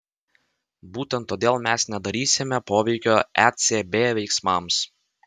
būtent todėl mes nedarysime poveikio ecb veiksmams